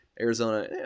arizona